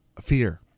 fear